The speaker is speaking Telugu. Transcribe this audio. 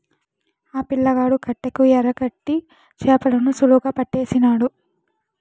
ఆ పిల్లగాడు కట్టెకు ఎరకట్టి చేపలను సులువుగా పట్టేసినాడు